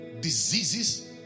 diseases